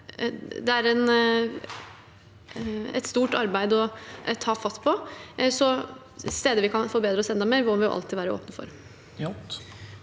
Det er et stort arbeid å ta fatt på, så steder der vi kan forbedre oss enda mer, må vi alltid være åpne for.